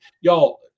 y'all